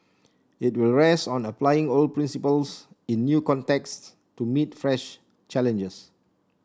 it will rest on applying old principles in new contexts to meet fresh challenges